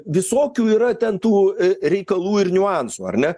visokių yra ten tų a reikalų ir niuansų ar ne